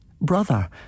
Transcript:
Brother